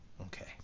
Okay